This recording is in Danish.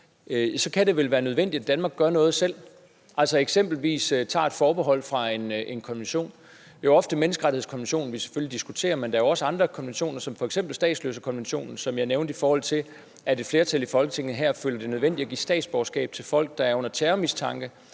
så kan det vel være nødvendigt, at Danmark gør noget selv – altså eksempelvis tager et forbehold for en konvention. Det er selvfølgelig ofte menneskerettighedskonventionen, vi diskuterer, men der er også andre konventioner, f.eks. statsløsekonventionen, som jeg nævnte, i forhold til at et flertal her i Folketinget føler det nødvendigt at give statsborgerskab til folk, der er under terrormistanke.